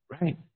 Right